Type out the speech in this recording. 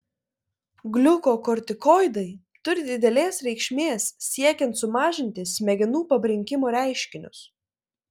gliukokortikoidai turi didelės reikšmės siekiant sumažinti smegenų pabrinkimo reiškinius